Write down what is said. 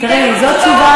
וייתן לנו תשובה,